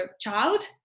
child